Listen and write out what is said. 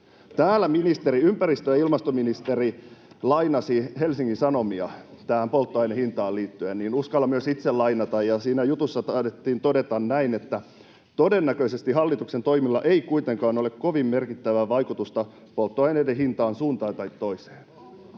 ympäristö- ja ilmastoministeri, lainasi Helsingin Sanomia tähän polttoainehintaan liittyen, niin uskallan myös itse lainata. Siinä jutussa taidettiin todeta näin, että ”todennäköisesti hallituksen toimilla ei kuitenkaan ole kovin merkittävää vaikutusta polttoaineiden hintaan suuntaan tai toiseen”.